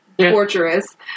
torturous